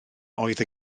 oedd